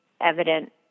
evident